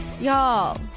y'all